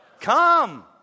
Come